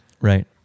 Right